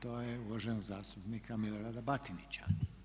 To je uvaženog zastupnika Milorada Batinića.